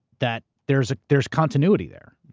that there's there's continuity there.